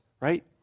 Right